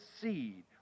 seed